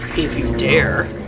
if you dare.